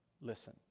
Listen